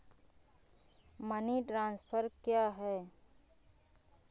Money transfer क्या है?